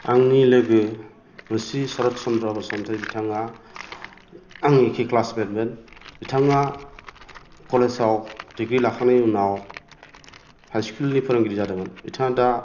आंनि लोगो मुस्रि सरत चन्द्र बसुमतारि बिथाङा आंनि एखे क्लास मेटमोन बिथाङा कलेजाव डिग्रि लाखांनायनि उनाव हाइस्कुलनि फोरोंगिरि जादोंमोन बिथाङा दा